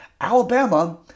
Alabama